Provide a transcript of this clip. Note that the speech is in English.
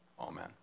amen